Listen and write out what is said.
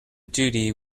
duty